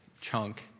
chunk